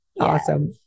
Awesome